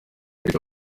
kwica